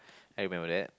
I remember that